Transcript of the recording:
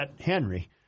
Henry